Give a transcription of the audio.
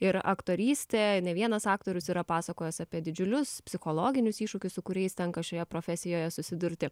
ir aktorystė ne vienas aktorius yra pasakojęs apie didžiulius psichologinius iššūkius su kuriais tenka šioje profesijoje susidurti